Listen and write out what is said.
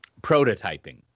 prototyping